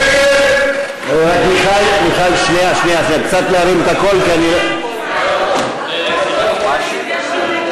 יואל חסון, זוהיר בהלול, איתן ברושי,